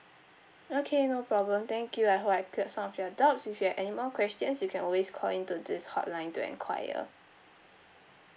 okay no problem thank you I hope I cleared some of your doubts if you have any more questions you can always call in to this hotline to enquire